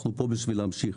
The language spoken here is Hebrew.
אנחנו כאן בשביל להמשיך.